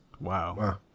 Wow